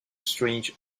strange